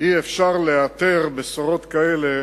אי-אפשר לאתר בשורות כאלה